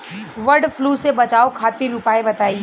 वड फ्लू से बचाव खातिर उपाय बताई?